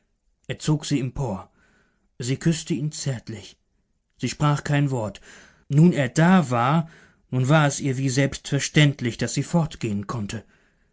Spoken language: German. er zog sie empor sie küßte ihn zärtlich sie sprach kein wort nun er da war nun war es ihr wie selbstverständlich daß sie fortgehen konnte